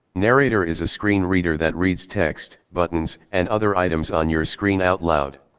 narrator is a screen reader that reads text, buttons, and other items on your screen out loud.